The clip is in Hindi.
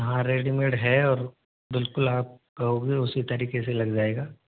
यहाँ रेडीमेड है और बिलकुल आप कहोगे उसी तरीके से लग जाएगा